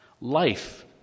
Life